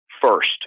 first